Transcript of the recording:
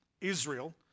Israel